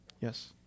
Yes